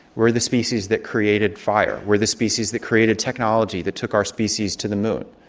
we're the species that created fire. we're the species that created technology that took our species to the moon.